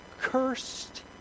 Cursed